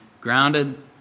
grounded